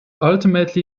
ultimately